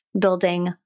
building